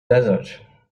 desert